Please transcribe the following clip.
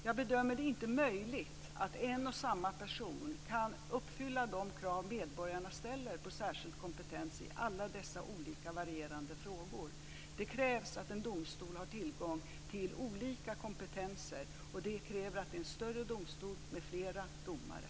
Jag bedömer det inte som möjligt att en och samma person kan uppfylla de krav som medborgarna ställer på särskild kompetens i alla dessa olika och varierande frågor. Det krävs att en domstol har tillgång till olika kompetenser, och det kräver att det är en större domstol med flera domare.